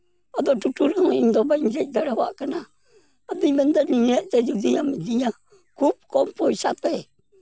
ᱟᱫᱚ ᱴᱳᱴᱳ ᱨᱮᱦᱚᱸ ᱤᱧᱫᱚ ᱵᱟᱹᱧ ᱫᱮᱡ ᱫᱟᱲᱮᱣᱟᱜ ᱠᱟᱱᱟ ᱟᱫᱚᱧ ᱢᱮᱱᱫᱟ ᱱᱤᱭᱟᱹᱜ ᱛᱮ ᱡᱩᱫᱤᱢ ᱤᱫᱤᱧᱟ ᱠᱷᱩᱵ ᱠᱚᱢ ᱯᱚᱭᱥᱟᱛᱮ